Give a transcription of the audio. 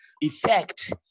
effect